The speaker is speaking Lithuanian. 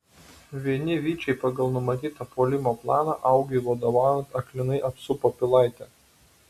vieni vyčiai pagal numatytą puolimo planą augiui vadovaujant aklinai apsupo pilaitę